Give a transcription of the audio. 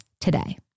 today